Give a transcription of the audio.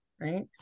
right